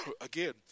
Again